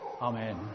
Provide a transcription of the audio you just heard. Amen